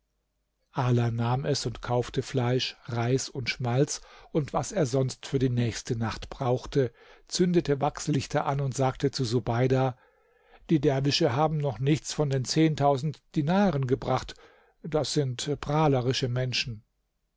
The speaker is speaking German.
nahm es und kaufte fleisch reis und schmalz und was er sonst für die nächste nacht brauchte zündete wachslichter an und sagte zu subeida die derwische haben noch nichts von den zehntausend dinaren gebracht das sind prahlerische menschen